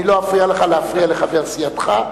אני לא אפריע לך להפריע לחבר סיעתך.